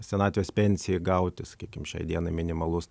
senatvės pensijai gauti sakykim šiai dienai minimalus